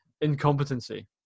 incompetency